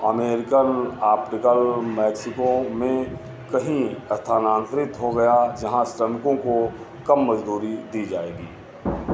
American optical Mexico में कहीं स्थानांतरित हो गया जहाँ श्रमिकों को कम मजदूरी दी जाएगी